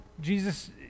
Jesus